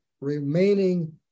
remaining